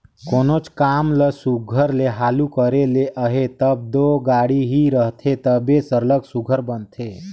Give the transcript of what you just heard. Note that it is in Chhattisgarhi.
कोनोच काम ल सुग्घर ले हालु करे ले अहे तब दो गाड़ी ही रहथे तबे सरलग सुघर बनथे